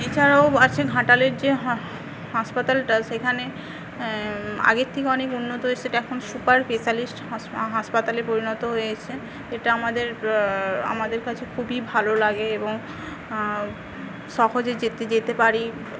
এছাড়াও আছেন ঘাটালের যে হা হাসপাতালটা সেখানে আগের থেকে অনেক উন্নত সেটা এখন সুপার স্পেশ্যালিটি হাসপাতাল হাসপাতালে পরিণত হয়েছে যেটা আমাদের আমাদের কাছে খুবই ভালো লাগে এবং সহজে যেতে যেতে পারি